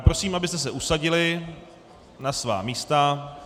Prosím, abyste se usadili na svá místa.